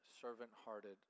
servant-hearted